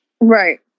Right